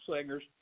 singers